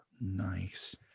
nice